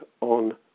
on